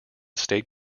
state